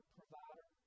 Provider